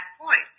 point